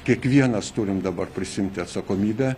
kiekvienas turim dabar prisiimti atsakomybę